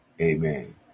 Amen